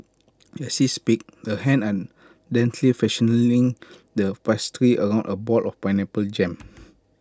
as she speaks the hands are deftly fashioning the pastry around A ball of pineapple jam